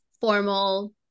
formal